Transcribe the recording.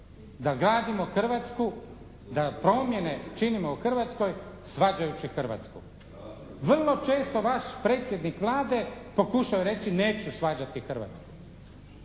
da gradimo Hrvatsku, da promjene činimo u Hrvatskoj svađajući Hrvatsku. Vrlo često vaš predsjednik Vlade pokušao je reći: «Neću svađati Hrvatsku».